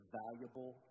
valuable